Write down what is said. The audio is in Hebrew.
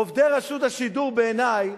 עובדי רשות השידור, בעיני,